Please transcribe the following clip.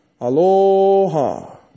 Aloha